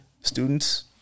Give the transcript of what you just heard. students